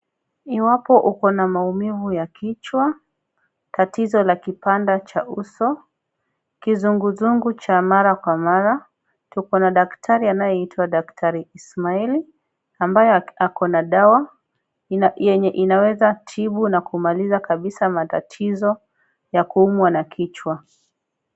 Iwapo uko na maumivu ya kichwa tatizo la kipanda cha uso. Kizunguzungu cha mara kwa mara tuko na daktari anayeitwa daktari Tumaini ambaye ako na dawa yenye inaweza tibu na kumaliza kabisa matatizo ya kuumwa na kichwa.